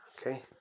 okay